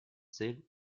цель